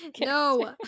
No